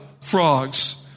Frogs